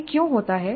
यह क्यों होता है